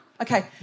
Okay